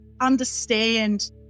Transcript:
understand